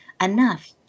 enough